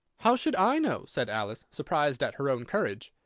how should i know? said alice, surprised at her own courage.